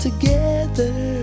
Together